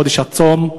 חודש הצום,